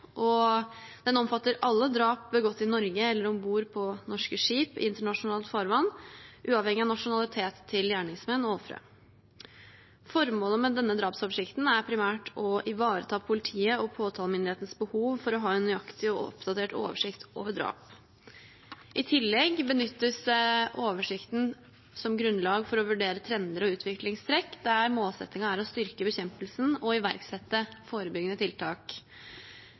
og den omfatter alle drap begått i Norge eller om bord på norske skip i internasjonalt farvann uavhengig av nasjonaliteten til gjerningsmenn og ofre. Formålet med denne drapsoversikten er primært å ivareta politiets og påtalemyndighetenes behov for å ha en nøyaktig og oppdatert oversikt over drap. I tillegg benyttes oversikten som grunnlag for å vurdere trender og utviklingstrekk der målsettingen er å styrke bekjempelsen og iverksette forebyggende tiltak.